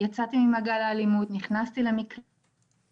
יצאתי ממעגל האלימות, נכנסתי למקלט